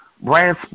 brand